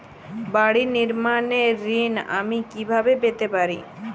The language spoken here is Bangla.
বাড়ি নির্মাণের ঋণ আমি কিভাবে পেতে পারি?